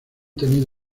tenido